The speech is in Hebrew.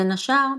בין השאר,